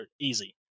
easy